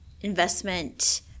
investment